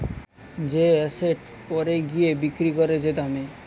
যে এসেট পরে গিয়ে বিক্রি করে যে দামে